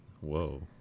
whoa